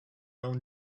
own